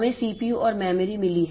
हमें सीपीयू और मेमोरी मिली है